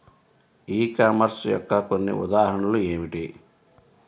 E commerce యొక్క కొన్ని ఉదాహరణలు ఏమిటి?